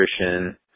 Nutrition